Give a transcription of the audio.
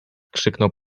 krzyknął